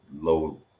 low